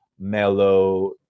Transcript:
mellow